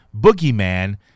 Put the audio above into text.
Boogeyman